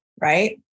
right